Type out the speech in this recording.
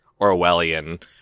Orwellian